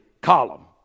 column